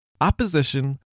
opposition